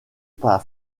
par